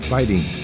Fighting